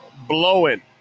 blowing